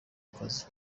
kazi